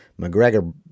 McGregor